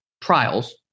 trials